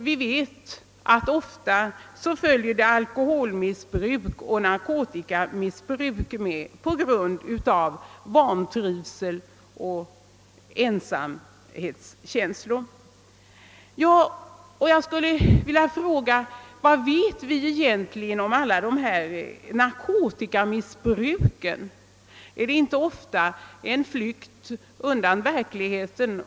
Vi vet också att alkoholmissbruk och narkotikamissbruk ofta blir följden av vantrivsel och ensamhetskänslor. Jag skulle vilja fråga: Vad vet vi egentligen om narkotikamissbruket? är det inte ofta en flykt undan verkligheten?